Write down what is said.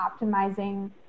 optimizing